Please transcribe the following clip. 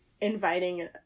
inviting